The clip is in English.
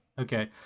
Okay